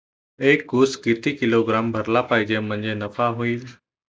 एक उस किती किलोग्रॅम भरला पाहिजे म्हणजे नफा होईन?